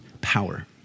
power